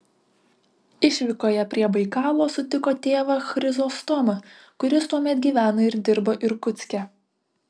išvykoje prie baikalo sutiko tėvą chrizostomą kuris tuomet gyveno ir dirbo irkutske